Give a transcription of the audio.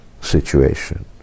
situation